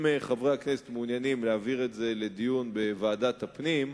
אם חברי הכנסת מעוניינים להעביר את זה לדיון בוועדת הפנים,